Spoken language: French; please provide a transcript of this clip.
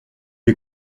est